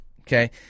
Okay